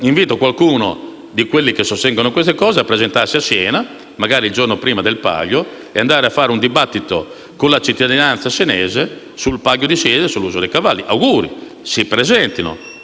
Invito poi qualcuno di quelli che sostengono queste posizioni a presentarsi a Siena, magari il giorno prima del Palio, e andare a fare un dibattito con la cittadinanza senese sul Palio di Siena e sull'utilizzo dei cavalli. Auguri! Si presentino